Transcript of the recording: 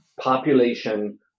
population